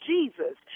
Jesus